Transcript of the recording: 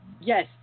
yes